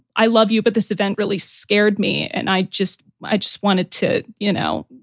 i love you. but this event really scared me. and i just i just wanted to, you know,